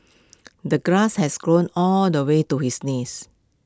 the grass has grown all the way to his knees